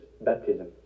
baptism